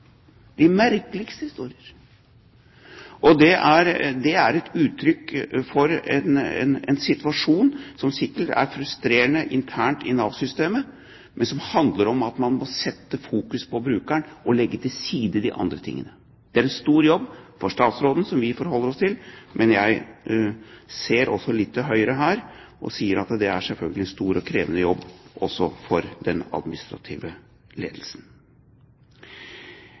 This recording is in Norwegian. de merkeligste historier. De merkeligste historier! Det er uttrykk for en situasjon som sikkert er frustrerende internt i Nav-systemet, men som handler om at man må sette brukeren i fokus og legge til side de andre tingene. Det er en stor jobb for statsråden, som vi forholder oss til, men jeg ser også litt til høyre her og sier at det selvfølgelig er en stor og krevende jobb også for den administrative ledelsen.